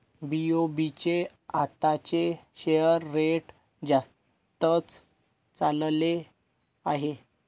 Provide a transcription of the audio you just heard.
BOB चे आताचे share rate जास्तच चालले आहे